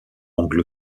anglo